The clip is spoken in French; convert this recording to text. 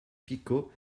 picaud